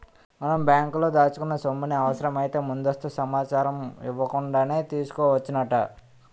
మనం బ్యాంకులో దాచుకున్న సొమ్ముని అవసరమైతే ముందస్తు సమాచారం ఇవ్వకుండానే తీసుకోవచ్చునట